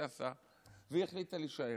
והיא החליטה להישאר.